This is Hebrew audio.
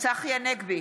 צחי הנגבי,